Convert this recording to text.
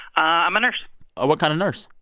i'm a nurse ah what kind of nurse?